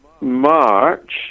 March